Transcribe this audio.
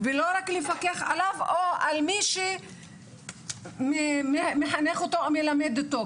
ולא רק לפקח עליו או על מי שמחנך אותו או מלמד אותו,